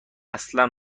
اصلا